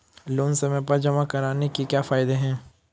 Loan समय पर जमा कराने के क्या फायदे हैं?